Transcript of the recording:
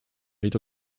eight